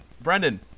Brendan